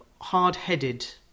hard-headed